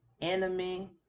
enemy